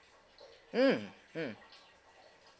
mm mm